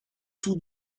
tout